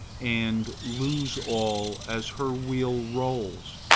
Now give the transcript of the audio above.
and lose all, as her wheel rolls.